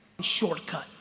shortcut